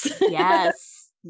Yes